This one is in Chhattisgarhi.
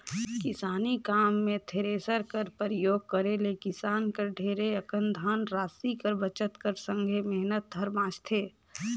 किसानी काम मे थेरेसर कर परियोग करे ले किसान कर ढेरे अकन धन रासि कर बचत कर संघे मेहनत हर बाचथे